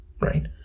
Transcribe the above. right